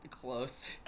Close